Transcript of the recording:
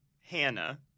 Hannah